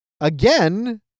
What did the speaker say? again